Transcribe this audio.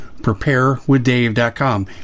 preparewithdave.com